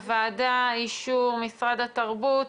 הוועדה, אישור, משרד התרבות.